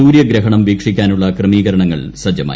സൂര്യഗ്രഹണ് വീക്ഷിക്കാനുള്ള ക്രമീകരണങ്ങൾ സജ്ജമായി